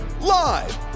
live